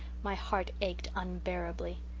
my heart ached unbearably.